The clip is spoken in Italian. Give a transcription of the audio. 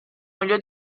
meglio